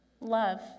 love